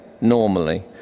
normally